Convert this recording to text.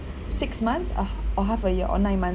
six months ah or half a year or nine month